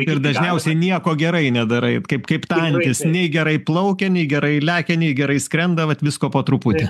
ir dažniausiai nieko gerai nedarai kaip kaip ta antis nei gerai plaukia nei gerai lekia nei gerai skrenda vat visko po truputį